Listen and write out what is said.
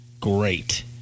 Great